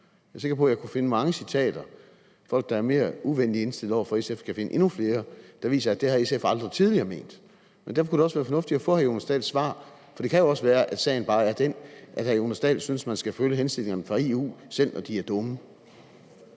Jeg er sikker på, at jeg kan finde mange citater, og at folk, der er mere uvenligt indstillet over for SF, kan finde endnu flere, der viser, at det har SF aldrig tidligere ment. Derfor kunne det også være fornuftigt at få hr. Jonas Dahls svar. For det kan jo også være, at sagen bare er den, at hr. Jonas Dahl synes, at man skal følge henstillingerne fra EU, selv når de er dumme.